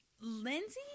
Lindsay